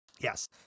Yes